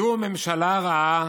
זו ממשלה רעה